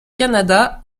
canada